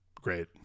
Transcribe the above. Great